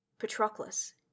Patroclus